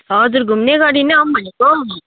हजुर घुम्ने गरी नै आऊँ भनेको